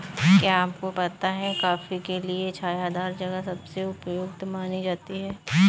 क्या आपको पता है कॉफ़ी के लिए छायादार जगह सबसे उपयुक्त मानी जाती है?